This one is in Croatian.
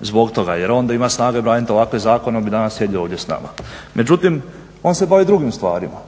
zbog toga. Jer on da ima snage braniti ovakve zakone on bi danas sjedio ovdje sa nama. Međutim, on se bavi drugim stvarima.